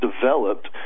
developed